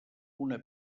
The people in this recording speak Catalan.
una